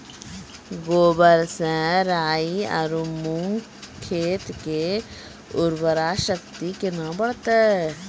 गोबर से राई आरु मूंग खेत के उर्वरा शक्ति केना बढते?